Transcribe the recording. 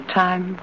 time